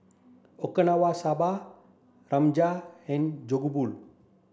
Okinawa Soba Rajma and Jokbal